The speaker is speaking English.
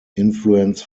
influence